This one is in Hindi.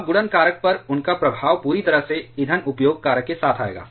अब गुणन कारक पर उनका प्रभाव पूरी तरह से ईंधन उपयोग कारक के साथ आएगा